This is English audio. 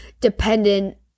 dependent